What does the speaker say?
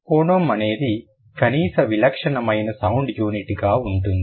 phoneme అనేది కనీస విలక్షణమైన సౌండ్ యూనిట్గా ఉంటుంది